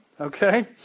Okay